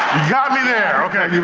got me there, okay.